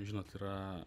žinot yra